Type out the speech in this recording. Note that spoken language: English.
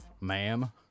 ma'am